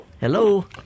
Hello